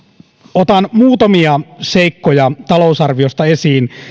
otan muutamia seikkoja talousarviosta esiin